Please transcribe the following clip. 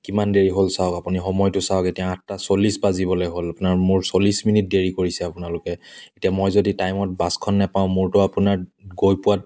কিমান দেৰি হ'ল চাওক আপুনি সময়টো চাওক এতিয়া আঠটা চল্লিছ বাজিবলৈ হ'ল আপোনাৰ মোৰ চল্লিছ মিনিট দেৰি কৰিছে আপোনালোকে এতিয়া মই যদি টাইমত বাছখন নেপাওঁ মোৰতো আপোনাৰ গৈ পোৱাত